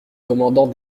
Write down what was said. commandant